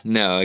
no